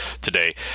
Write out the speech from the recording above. today